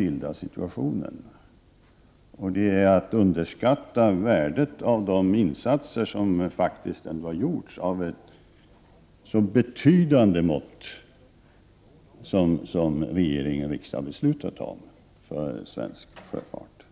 Hennes bild innebär också att hon underskattar värdet av de insatser av betydande mått som riksdag och regering faktiskt har fattat beslut om för svensk sjöfart.